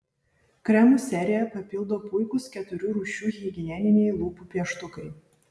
kremų seriją papildo puikūs keturių rūšių higieniniai lūpų pieštukai